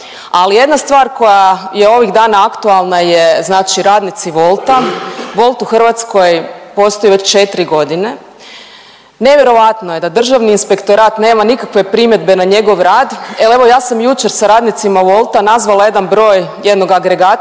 jedna stvar koja je ovih dana aktualna je znači radnici Wolta, Wolt u Hrvatskoj postoji već četri godine nevjerojatno je da Državni inspektorat nema nikakve primjedbe na njegov rad, ali evo ja sam jučer sa radnicima Wolta nazvala jedan broj jednog agregatora